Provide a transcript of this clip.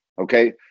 okay